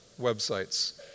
websites